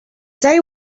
day